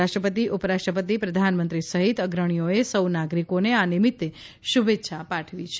રાષ્ર્ પતિ ઉપરાષ્ર્ટ્રપતિ પ્રધાનમંત્રી સહિત અગ્રણીઓએ સૌ નાગરિકોને આ નિમિત્તે શુભેચ્છાઓ પાઠવી છે